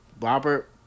Robert